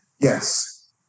Yes